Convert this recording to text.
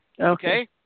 Okay